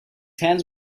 hands